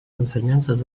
ensenyances